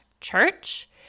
church